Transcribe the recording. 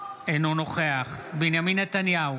אינו נוכח בנימין נתניהו,